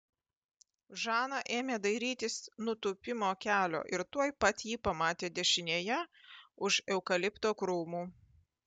žana ėmė dairytis nutūpimo kelio ir tuoj pat jį pamatė dešinėje už eukalipto krūmų